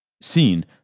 seen